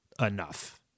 enough